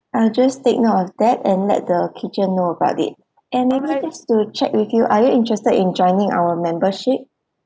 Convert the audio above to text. I'll just take note of that and let the kitchen know about it and maybe just to check with you are you interested in joining our membership